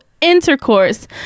Intercourse